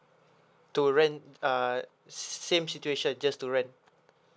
to rent uh same situation just to rent